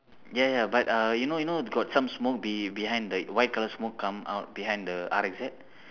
ya ya but uh you know you know got some smoke be behind the white colour smoke come out behind the R_X_Z